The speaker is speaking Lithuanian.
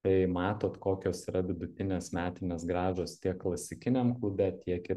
tai matot kokios yra vidutinės metinės grąžos tiek klasikiniam klube tiek ir